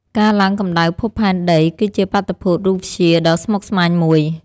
ការឡើងកម្ដៅភពផែនដី គឺជាបាតុភូតរូបវិទ្យាដ៏ស្មុគស្មាញមួយ។